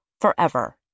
forever